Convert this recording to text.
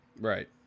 Right